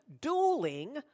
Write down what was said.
dueling